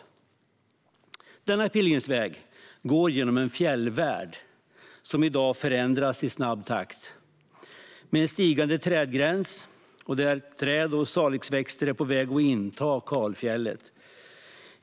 Denna pilgrimsväg går genom en fjällvärld som i dag förändras i snabb takt med en stigande trädgräns, där träd och salixväxter är på väg att inta kalfjället.